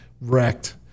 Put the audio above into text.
wrecked